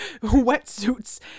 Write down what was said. wetsuits